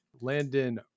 Landon